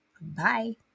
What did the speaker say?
Bye